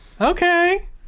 Okay